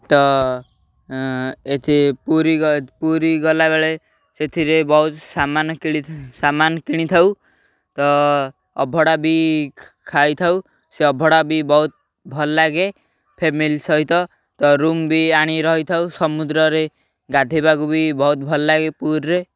ତ ଏଥି ପୁରୀ ପୁରୀ ଗଲାବେଳେ ସେଥିରେ ବହୁତ ସାମାନ କିଣି ସାମାନ କିଣିଥାଉ ତ ଅଭଡ଼ା ବି ଖାଇଥାଉ ସେ ଅଭଡ଼ା ବି ବହୁତ ଭଲ ଲାଗେ ଫ୍ୟାମିଲି ସହିତ ତ ରୁମ୍ ବି ଆଣି ରହିଥାଉ ସମୁଦ୍ରରେ ଗାଧେଇବାକୁ ବି ବହୁତ ଭଲ ଲାଗେ ପୁରୀରେ